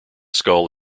skull